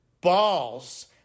balls